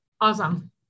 Awesome